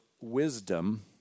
wisdom